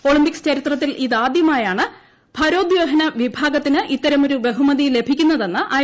Olympics ചരിത്രത്തിൽ ഇതാദ്യമാ യാണ് ഭാരോദ്ധഹന വിഭാഗത്തിന് ഇത്തരമൊരു ബഹുമതി ലഭിക്കു ന്നതെന്ന് ഐ